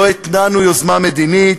לא התנענו יוזמה מדינית,